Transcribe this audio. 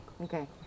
Okay